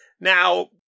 Now